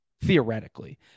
theoretically